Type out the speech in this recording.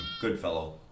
Goodfellow